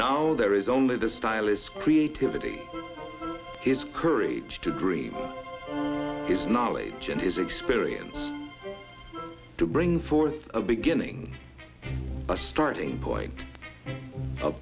now there is only the stylists creativity his courage to dream his knowledge and his experience to bring forth a beginning a starting point a